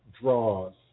draws